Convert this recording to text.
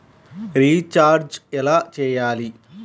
Recharge ఎలా చెయ్యాలి?